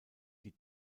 die